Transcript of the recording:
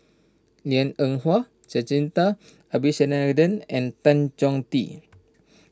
Liang Eng Hwa Jacintha Abisheganaden and Tan Choh Tee